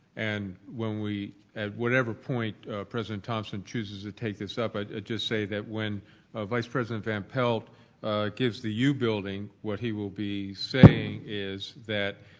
and when we whatever point president thomson chooses to take this is up. i just say that when ah vice president van pelt gives the u building what he will be saying is that